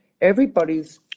everybody's